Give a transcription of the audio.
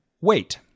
Wait